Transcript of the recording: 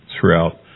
throughout